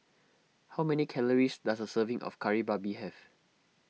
how many calories does a serving of Kari Babi have